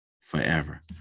forever